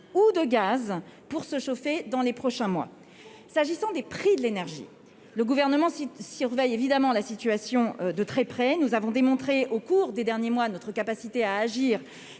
ou de gaz pour se chauffer dans les prochains mois, s'agissant des prix de l'énergie, le gouvernement s'surveille évidemment la situation de très près, nous avons démontré au cours des derniers mois, notre capacité à agir